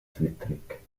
zwittrig